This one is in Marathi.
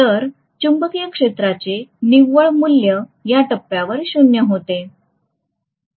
तर चुंबकीय क्षेत्राचे निव्वळ मूल्य या टप्प्यावर शून्य होते